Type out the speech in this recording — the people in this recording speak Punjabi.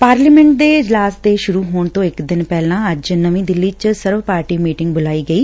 ਪਾਰਲੀਮੈਂਟ ਦੇ ਇਜਲਾਸ ਦੇ ਸੂਰੁ ਹੋਣ ਤੋਂ ਇਕ ਦਿਨ ਪਹਿਲਾਂ ਅੱਜ ਨਵੀਂ ਦਿੱਲੀ ਚ ਸਰਵ ਪਾਰਟੀ ਮੀਟਿੰਗ ਬੁਲਾਈ ਗਈ